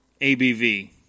ABV